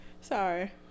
Sorry